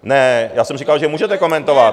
Ne, já jsem říkal, že můžete komentovat.